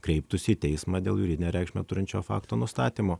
kreiptųsi į teismą dėl juridinę reikšmę turinčio fakto nustatymo